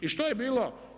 I što je bilo?